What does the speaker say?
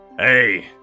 Hey